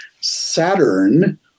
Saturn